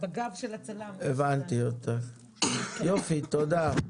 הבנתי, תודה.